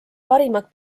parimad